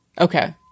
Okay